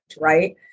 right